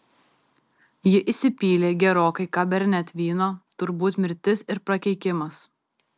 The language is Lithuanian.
ji įsipylė gerokai cabernet vyno turbūt mirtis ir prakeikimas